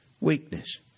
Weakness